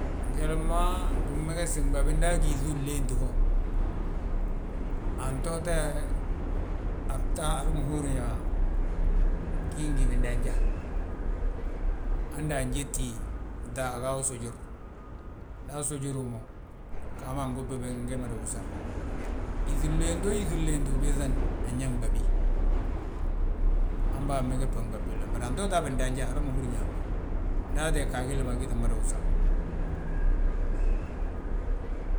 njali ma bin megesi nɓabi nda agí yíŧi unléenti wo. Antoote, a bta hala ma húrin yaa bgí ngi bindanja. Ande ajéti ta a gaa wi sújur., nda asújur wi mo, ghaa ma angób bembe, nge mada wusa. Yíŧi unléeti woo yíŧi unléeti ubiiŧani, anyaa nɓabi. Hamma ameges bo nɓab billi ma bari antoote a bindanja hala ma húrin yaa: Nda atee ghaa gilli ma gee ttin mada wusa.